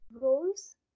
roles